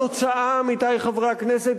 התוצאה, עמיתי חברי הכנסת,